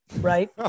right